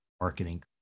marketing